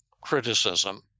criticism